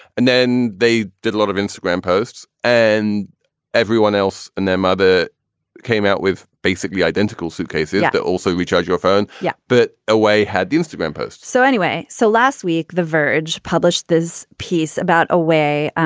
and then they did a lot of instagram posts and everyone else and their mother came out with basically identical suitcases. but also, we tried your phone yet, but away had the instagram post so anyway, so last week the virge published this piece about a way,